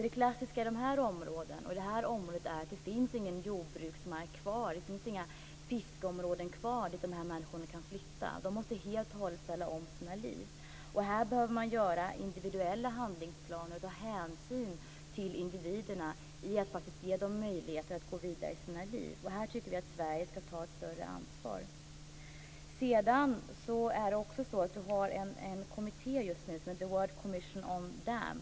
Det klassiska i det här området är att det inte finns någon jordbruksmark kvar. Det finns inga fiskeområden kvar dit de här människorna kan flytta. De måste helt och hållet ställa om sina liv. Här behöver man göra individuella handlingsplaner och ta hänsyn till individerna och ge dem möjligheter att gå vidare i sina liv. Vi tycker att Sverige skall ta ett större ansvar här. Det finns en kommitté som heter The World Commission on Dams.